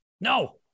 No